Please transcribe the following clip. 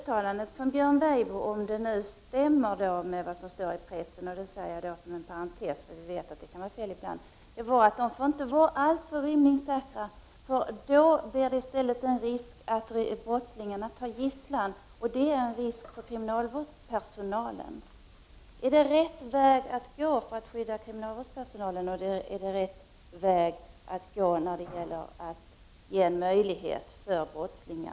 Enligt Björn Weibos uttalande — om det nu är korrekt återgivet i pressen; vi vet att pressens uppgifter ibland kan vara felaktiga — får fängelserna inte vara alltför rymningssäkra, eftersom det då uppstår en risk för att brottslingarna tar gisslan, och detta innebär en fara för kriminalvårdens personal. Är detta rätt väg att gå för att skydda kriminalvårdens personal? Och är det rätt väg att gå i fråga om brottslingars möjlighet att kunna ge sig av?